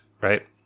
right